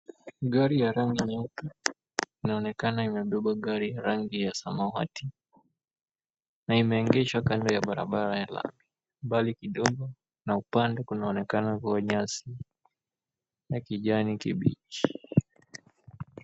Gari ya rangi nyeupe inaonekana imebeba gari ya rangi ya samawati na imeegeshwa kando ya barabara ya lami mbali kidogo na upande kunaonekana kuwa nyasi ya kijani kibichi.